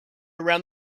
around